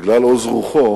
בגלל עוז רוחו,